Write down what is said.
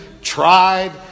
tried